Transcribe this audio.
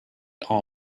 all